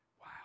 Wow